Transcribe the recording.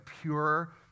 pure